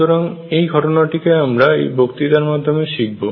সুতরাং এই ঘটনাটিকে আমরা এই বক্তৃতার মাধ্যমে শিখব